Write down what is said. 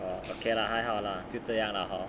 oh okay lah 还好 lah 就这样 lah hor